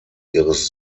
ihres